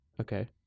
Okay